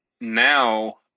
now